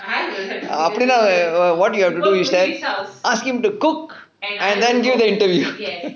what you have to do is that ask him to cook and then do the interview